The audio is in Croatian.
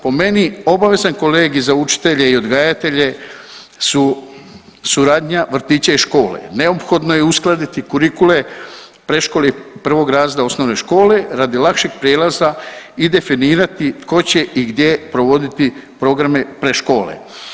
Po meni obavezan kolegij za učitelje i odgajatelje su suradnja vrtića i škole, neophodno je uskladiti kurikule predškole i 1. razreda osnovne škole radi lakšeg prijelaza i definirati tko će i gdje provoditi programe predškole.